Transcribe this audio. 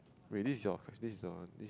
wait this is your this is your